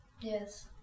yes